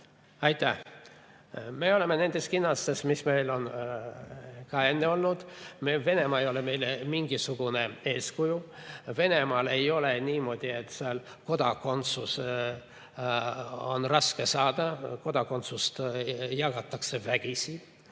Aitäh! Me oleme nendes kinnastes, mis meil on ka enne olnud. Venemaa ei ole meile mingisugune eeskuju. Venemaal ei ole niimoodi, et seal oleks kodakondsust raske saada. Kodakondsust jagatakse seal vägisi,